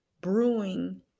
brewing